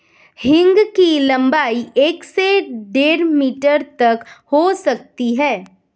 हींग की लंबाई एक से डेढ़ मीटर तक हो सकती है